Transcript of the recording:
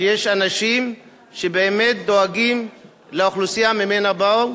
שיש אנשים שבאמת דואגים לאוכלוסייה שממנה באו,